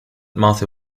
marthe